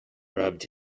rubbed